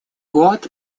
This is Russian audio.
год